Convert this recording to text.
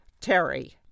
Terry